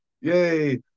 Yay